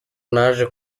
naje